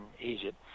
Egypt